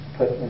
Put